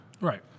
Right